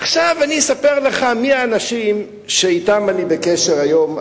אני אספר לך מי האנשים שאני בקשר אתם היום,